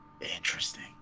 Interesting